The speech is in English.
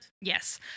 yes